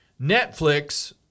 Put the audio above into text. Netflix